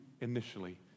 initially